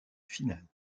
finale